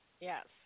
Yes